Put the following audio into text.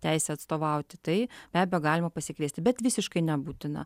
teisę atstovauti tai be abejo galima pasikviesti bet visiškai nebūtina